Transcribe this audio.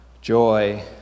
joy